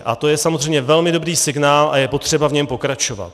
A to je samozřejmě velmi dobrý signál a je potřeba v něm pokračovat.